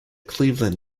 cleveland